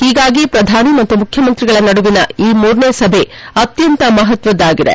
ಹಿಗಾಗಿ ಪ್ರಧಾನಿ ಮತ್ತು ಮುಖ್ಯಮಂತ್ರಿಗಳ ನಡುವಿನ ಈ ಮೂರನೇ ಸಭೆ ಅತ್ಯಂತ ಮಹತ್ಯದಾಗಿದೆ